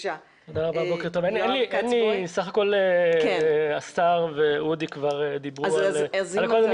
בסך הכול השר ואודי דיברו על הכול.